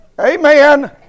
Amen